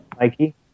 Mikey